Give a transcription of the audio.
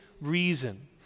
reason